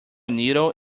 needle